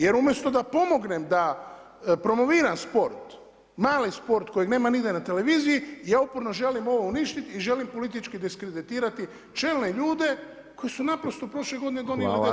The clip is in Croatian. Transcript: Jer, umjesto da pomognem, da promoviram sport, mali sport, kojeg nema nigdje na televiziji, ja uporno želim ovo uništiti i želim politički diskreditirati čelne ljude koji su naprosto prošle godine donijeli 10 medalja.